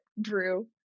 drew